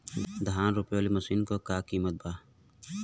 धान रोपे वाली मशीन क का कीमत बा?